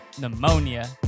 pneumonia